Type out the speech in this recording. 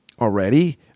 Already